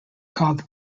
called